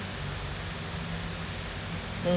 mm